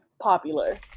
popular